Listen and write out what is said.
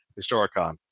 Historicon